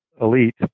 elite